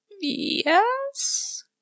Yes